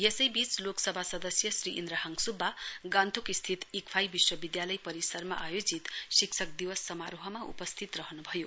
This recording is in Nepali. यसैबीच लोकसभा सदस्य श्री इन्द्रहाङ सुब्बा गान्तोकस्थित इक्फाइ विश्वविद्यालय परिसरमा आयोजित शिक्षक दिवस समारोहमा उपस्थित रहनु भयो